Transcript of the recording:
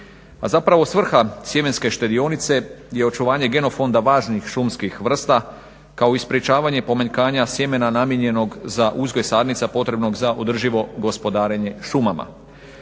A zapravo svrha sjemenske štedionice je očuvanje genofonda važnih šumskih vrsta kao i sprječavanje pomanjkanja sjemena namijenjenog za uzgoj sadnica potrebnog za održivo gospodarenje šumama.